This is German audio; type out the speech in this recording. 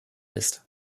ist